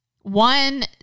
one